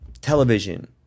Television